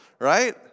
right